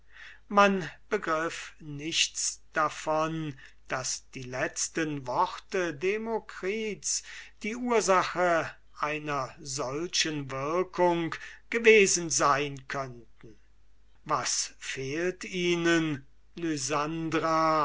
man begriff nichts davon daß die letzten worte demokrits die ursache einer solchen wirkung gewesen sein könnten was fehlt ihnen